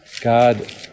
God